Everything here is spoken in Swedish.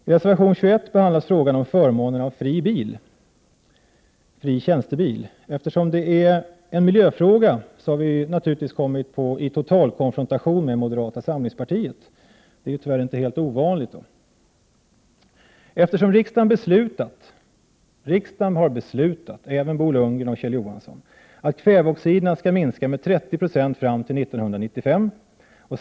I reservation 21 behandlas frågan om förmån av fri tjänstebil. Eftersom det är en miljöfråga har vi kommit i total konfrontation med moderata samlingspartiet. Det är tyvärr inte helt ovanligt. Riksdagen har beslutat, även Bo Lundgren och Kjell Johansson, att kväveoxiderna skall minska med 30 96 fram till år 1995.